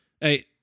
Hey